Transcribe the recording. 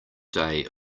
day